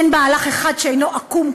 אין מהלך אחד שאינו עקום,